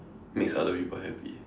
makes other people happy